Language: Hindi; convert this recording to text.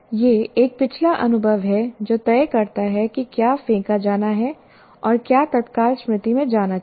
यह एक पिछला अनुभव है जो तय करता है कि क्या फेंका जाना है और क्या तत्काल स्मृति में जाना चाहिए